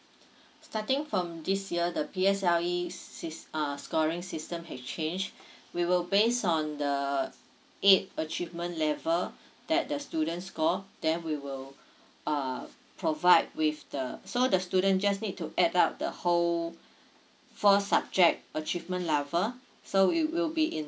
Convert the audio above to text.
starting from this year the P_S_L_E sys~ uh scoring system has changed we will based on the eight achievement level that the student score then we will uh provide with the so the student just need to add up the whole four subject achievement level so it will be in